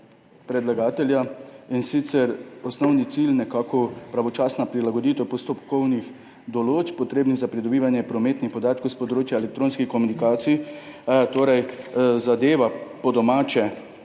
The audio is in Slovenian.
predlagatelja. In sicer, osnovni cilj je nekako pravočasna prilagoditev postopkovnih določb, potrebnih za pridobivanje prometnih podatkov s področja elektronskih komunikacij. Torej zadeva, po domače,